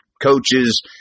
coaches